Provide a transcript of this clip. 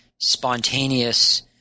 spontaneous